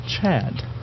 Chad